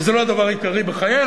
וזה לא הדבר העיקרי בחיינו,